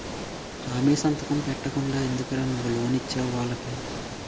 హామీ సంతకం పెట్టకుండా ఎందుకురా నువ్వు లోన్ ఇచ్చేవు వాళ్ళకి